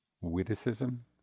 witticism